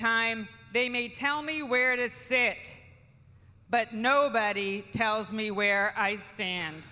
time they may tell me where to sit but nobody tells me where i stand